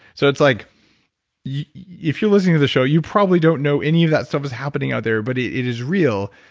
so it's like yeah if you're listening to the show, you probably don't know any of that stuff was happening out there but it it is real.